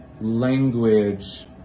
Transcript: language